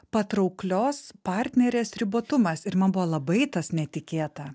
patrauklios partnerės ribotumas ir man buvo labai tas netikėta